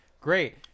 Great